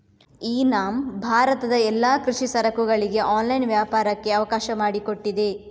E NAM ಭಾರತದ ಎಲ್ಲಾ ಕೃಷಿ ಸರಕುಗಳಿಗೆ ಆನ್ಲೈನ್ ವ್ಯಾಪಾರಕ್ಕೆ ಅವಕಾಶ ಮಾಡಿಕೊಟ್ಟಿದೆ